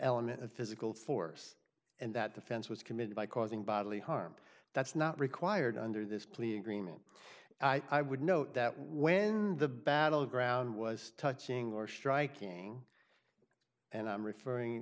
element of physical force and that offense was committed by causing bodily harm that's not required under this plea agreement i would note that when the battleground was touching or striking and i'm referring